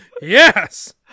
Yes